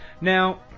Now